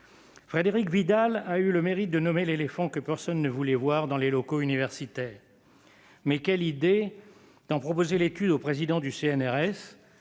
Frédérique Vidal a eu le mérite de nommer l'éléphant que personne ne voulait voir dans les locaux universitaires. Mais quelle idée d'en proposer l'étude au président du CNRS,